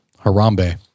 Harambe